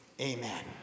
amen